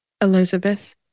elizabeth